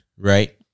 Right